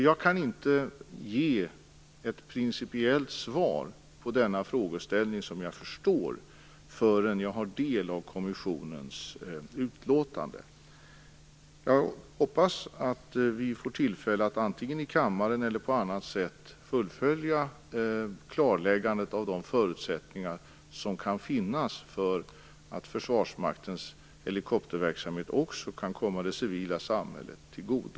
Jag kan inte ge ett principiellt svar på denna frågeställning, som jag förstår, förrän jag har tagit del av kommissionens utlåtande. Jag hoppas att vi får tillfälle, antingen i kammaren eller på annat sätt, att fullfölja klarläggandet av de förutsättningar som kan finnas för att Försvarsmaktens helikopterverksamhet också kan komma det civila samhället till godo.